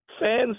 fans